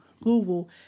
Google